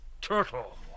turtle